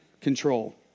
control